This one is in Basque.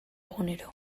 egunero